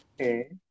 okay